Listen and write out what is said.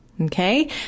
Okay